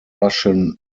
russian